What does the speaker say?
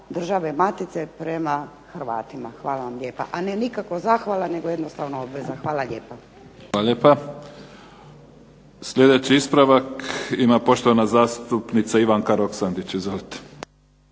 Hvala vam lijepa, a ne nikakva zahvala nego jednostavno obveza. Hvala lijepa. **Mimica, Neven (SDP)** Hvala lijepa. Sljedeći ispravak ima poštovana zastupnica Ivanka Roksandić. Izvolite.